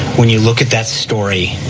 when you look at that story,